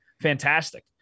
fantastic